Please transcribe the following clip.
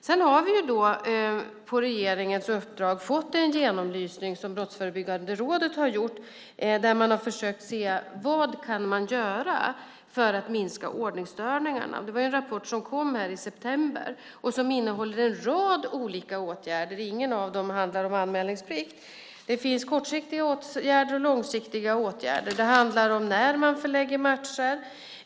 Brottsförebyggande rådet har på regeringens uppdrag gjort en genomlysning där man har försökt se vad man kan göra för att minska ordningsstörningarna. Rapporten, som kom i september, innehåller en rad olika åtgärder. Ingen av dem handlar om anmälningsplikt. Det finns kortsiktiga åtgärder och långsiktiga åtgärder. Det handlar om när man ska förlägga matcher.